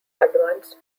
advanced